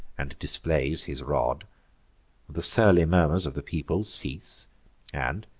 and displays his rod the surly murmurs of the people cease and,